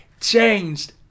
changed